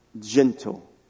gentle